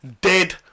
Dead